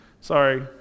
Sorry